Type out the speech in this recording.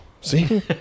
See